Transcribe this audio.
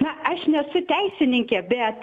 na aš nesu teisininkė bet